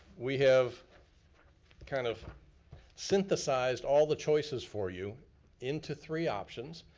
we have kind of synthesized all the choices for you into three options,